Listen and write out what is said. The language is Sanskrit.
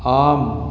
आम्